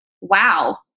wow